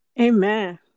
Amen